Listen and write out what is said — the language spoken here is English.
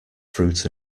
fruit